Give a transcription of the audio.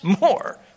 more